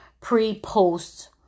pre-post